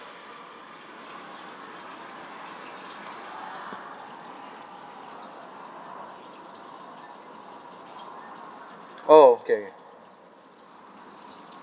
oh okay